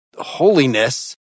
holiness